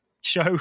show